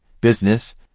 business